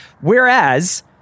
Whereas